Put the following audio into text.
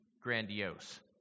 grandiose